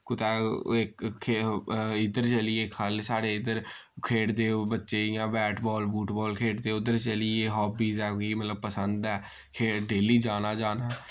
कुतै इक इद्धर चलियै खल्ल साढ़े इद्धर खेढदे ओह् बच्चे इय्यां बैट बाल बूट बाल खेढदे उद्धर चलियै होब्बिस ऐ कि मतलब पसंद ऐ के डेली जाना जाना